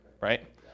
right